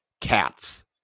Cats